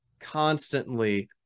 constantly